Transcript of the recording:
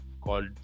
called